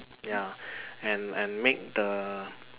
ya and and make the